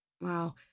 Wow